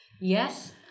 yes